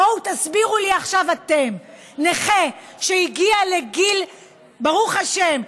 בואו תסבירו לי עכשיו אתם: נכה שהגיע לגיל שברוך השם,